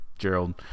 Gerald